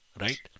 right